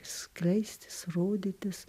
skleistis rodytis